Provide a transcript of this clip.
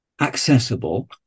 accessible